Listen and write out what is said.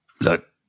look